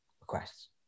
requests